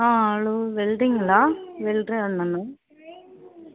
ஆ hello வெல்டிங்களா welder அண்ணங்களா